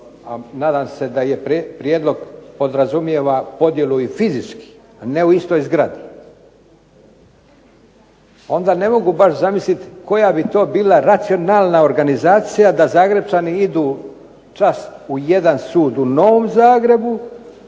a nadam se da prijedlog podrazumijeva podjelu i fizičku, a ne u istoj zgradi, onda ne mogu baš zamisliti koja bi to bila racionalna organizacija da Zagrepčani idu čas u jedan sud u Novom Zagrebu,